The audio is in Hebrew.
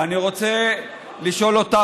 ואני רוצה לשאול אותך,